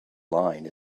line